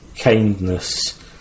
kindness